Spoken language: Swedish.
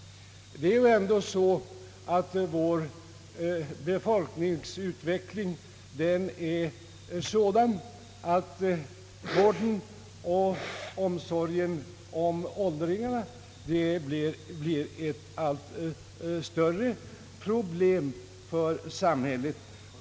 Vår befolkningsutveckling går ändå i den riktningen att vården av och omsorgen om åldringarna blir ett allt större problem för samhället.